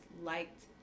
liked